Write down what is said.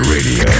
Radio